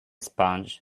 sponge